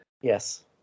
Yes